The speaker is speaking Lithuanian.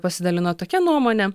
pasidalino tokia nuomone